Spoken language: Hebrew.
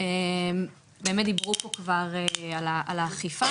באמת דיברו פה כבר על האכיפה,